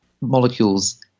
molecules